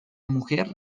mujer